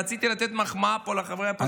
רציתי לתת מחמאה פה לחברי האופוזיציה, ונגמר.